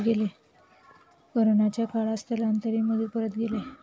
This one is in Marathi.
कोरोनाच्या काळात स्थलांतरित मजूर परत गेले